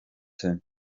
zen